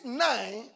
nine